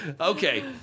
okay